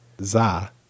ZA